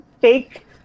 fake